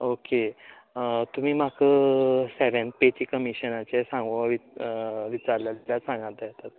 okay तुमी म्हाका seventh पेचें कमीशनाचे सागों विचारलेलें ते सागं ते आतां